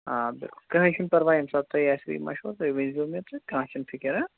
آ بِلکُل کٔہٕنۍ چھِنہٕ پرواے ییٚمہِ ساتہٕ تۄہہِ آسِوٕ یہِ مَشوَر تُہۍ ؤنہِ زیٚو مےٚ تہٕ کانٛہہ چھِنہٕ فِکِر ہہ